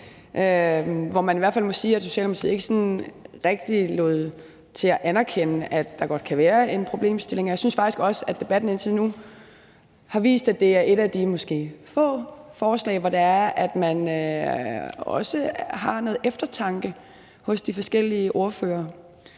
hvert fald må sige, at Socialdemokratiet ikke sådan rigtig lod til at anerkende, at der godt kan være en problemstilling. Jeg synes faktisk også, at debatten indtil nu har vist, at det er et af de måske få forslag, hvor de forskellige ordførere også har noget eftertanke, og det synes jeg egentlig er